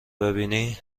ببینی